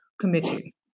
Committee